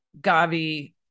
Gavi